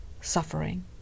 suffering